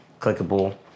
clickable